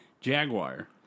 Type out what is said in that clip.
Jaguar